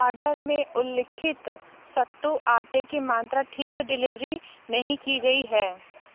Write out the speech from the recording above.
order में उल्लिखित चौबीस मात्रा सत्तू आटे की मात्रा ठीक से डिलीवरी नहीं की गई है